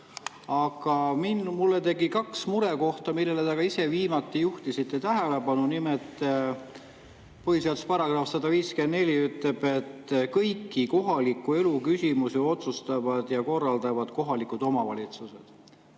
Aga mul [on] kaks murekohta, millele te ka ise viimasena juhtisite tähelepanu. Nimelt, põhiseaduse § 154 ütleb, et kõiki kohaliku elu küsimusi otsustavad ja korraldavad kohalikud omavalitsused.